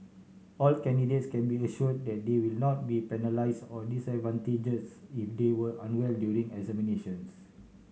all candidates can be assure that they will not be penalise or disadvantages if they were unwell during examinations